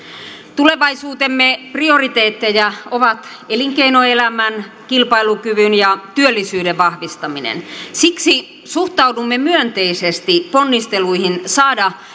tulevaisuutemme prioriteetteja ovat elinkeinoelämän kilpailukyvyn ja työllisyyden vahvistaminen siksi suhtaudumme myönteisesti ponnisteluihin saada